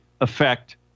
affect